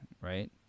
right